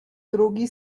drugi